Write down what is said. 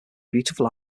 beautiful